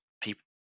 people